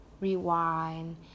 rewind